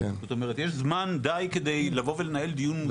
זאת אומרת יש זמן די כדי לנהל דיון מורחב.